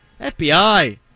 FBI